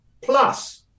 plus